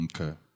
Okay